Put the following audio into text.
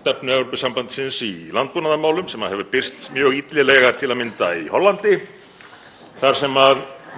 stefnu Evrópusambandsins í landbúnaðarmálum sem hefur birst mjög illilega til að mynda í Hollandi þar sem